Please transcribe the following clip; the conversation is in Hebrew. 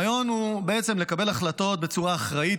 הרעיון הוא לקבל החלטות בצורה אחראית